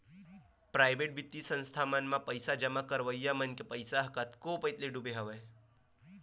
private बित्तीय संस्था मन म पइसा जमा करइया मन के पइसा ह कतको पइत ले डूबे हवय